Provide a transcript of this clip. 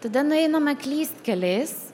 tada nueiname klystkeliais